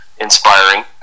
inspiring